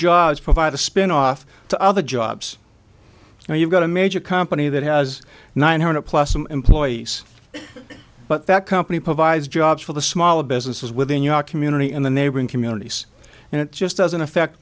jobs provide a spinoff to other jobs now you've got a major company that has nine hundred plus some employees but that company provides jobs for the smaller businesses within your community and the neighboring communities and it just doesn't affect